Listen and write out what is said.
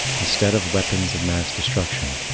instead of weapons of mass destruction,